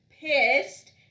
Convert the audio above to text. pissed